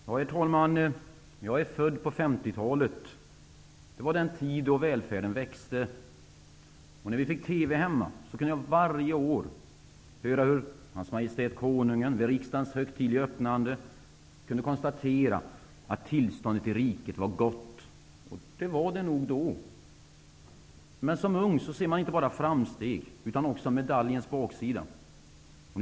Herr talman! Jag är född på 50-80 talet. Det var den tid då välfärden växte varje år. När vi fick TV hemma kunde jag varje år höra hur Hans Majestät Konungen vid riksdagens högtidliga öppnande konstaterade att tillståndet i riket var gott. Och det var det nog då. Men som ung ser man inte bara framstegen, utan också medaljens baksida.